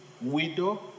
widow